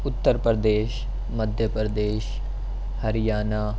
Uttar Pradesh Madhya Pradesh Haryana